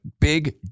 big